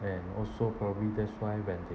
and also probably that's why when they